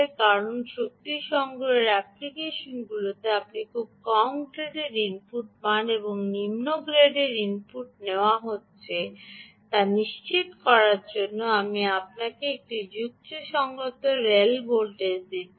কারণ শক্তি সংগ্রহের অ্যাপ্লিকেশনগুলিতে আপনি খুব কম গ্রেডের ইনপুট পান এবং নিম্ন গ্রেডের ইনপুট নেওয়া হচ্ছেতা নিশ্চিত করার জন্য আমি আপনাকে একটি যুক্তিসঙ্গত রেল ভোল্টেজ দিচ্ছি